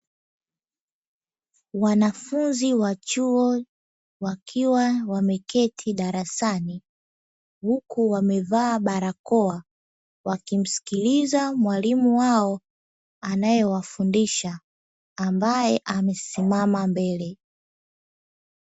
Wanafunzi wa chuo wakiwa wameketi darasani, huku wamevaa barakoa, huku wakimsikiliza mwalimu wao anaewafundisha ambae amesimama mbele.